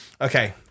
okay